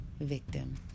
victim